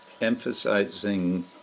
emphasizing